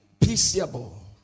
peaceable